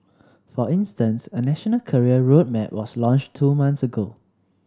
for instance a national career road map was launched two months ago